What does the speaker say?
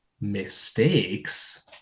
mistakes